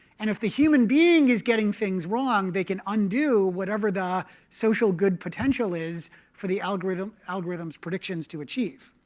and if the human being is getting things wrong, they can undo whatever the social good potential is for the algorithm's algorithm's predictions to achieve,